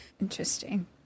interesting